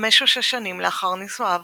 חמש או שש שנים לאחר נישואיו